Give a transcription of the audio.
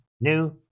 new